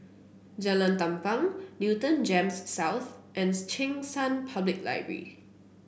Jalan Tampang Newton Gems South and Cheng San Public Library